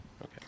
Okay